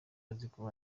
aziko